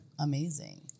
amazing